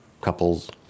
couples